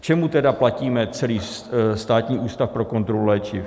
K čemu tedy platíme celý Státní ústav pro kontrolu léčiv?